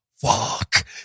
fuck